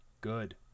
good